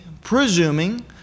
presuming